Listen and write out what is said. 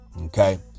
Okay